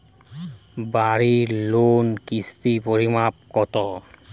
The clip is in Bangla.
বাড়ি লোনে কিস্তির পরিমাণ কত?